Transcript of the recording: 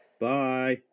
Bye